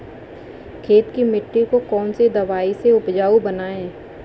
खेत की मिटी को कौन सी दवाई से उपजाऊ बनायें?